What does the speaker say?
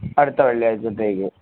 അടുത്ത വെള്ളിയാഴ്ചത്തേക്ക്